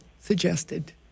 suggested